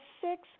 six